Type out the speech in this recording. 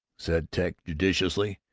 said ted judicially.